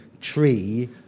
tree